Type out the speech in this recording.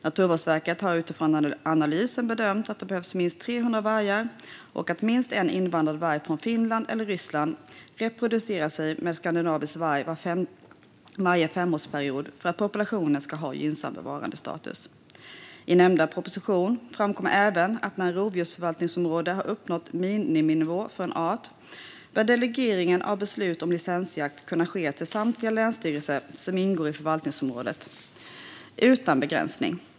Naturvårdsverket har utifrån analysen bedömt att det behövs minst 300 vargar och att minst en invandrad varg från Finland eller Ryssland reproducerar sig med en skandinavisk varg varje femårsperiod för att populationen ska ha gynnsam bevarandestatus. I nämnda proposition framkommer även att när ett rovdjursförvaltningsområde har uppnått miniminivån för en art bör delegering av beslut om licensjakt kunna ske till samtliga länsstyrelser som ingår i förvaltningsområdet utan begränsning.